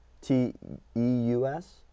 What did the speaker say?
T-E-U-S